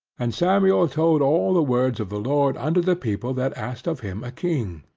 and samuel told all the words of the lord unto the people, that asked of him a king.